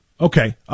Okay